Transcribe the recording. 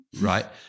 Right